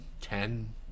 ten